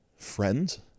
Friends